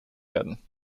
werden